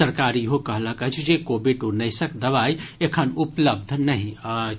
सरकार ईहो कहलक अछि जे कोविड उन्नैसक दवाई एखन उपलव्ध नहि अछि